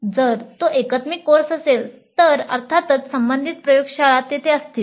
" जर तो एकात्मिक कोर्स असेल तर अर्थातच संबंधित प्रयोगशाळा तेथे असतील